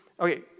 Okay